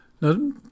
Now